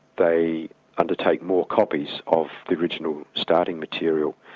they undertake more copies of the original starting material,